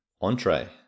Entree